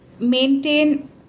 maintain